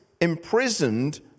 imprisoned